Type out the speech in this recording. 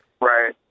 Right